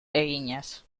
eginez